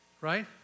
right